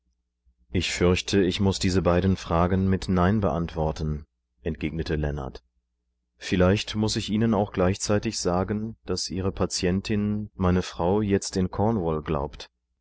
ich fürchte ich muß diese beiden fragen mit nein beantworten entgegnete leonard vielleicht muß ich ihnen auch gleichzeitig sagen daß ihre patientin meine frau jetzt in cornwall glaubt